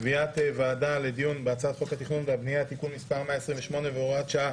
קביעת ועדה בהצעת חוק התכנון והבנייה (תיקון מס' 128 והוראת שעה),